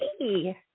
Hey